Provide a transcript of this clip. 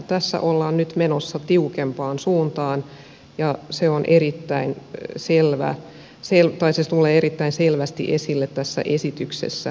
tässä ollaan nyt menossa tiukempaan suuntaan ja se on erittäin siellä vain silpaisi tulee erittäin selvästi esille tässä esityksessä